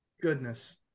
goodness